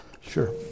Sure